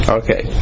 okay